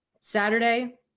Saturday